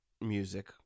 music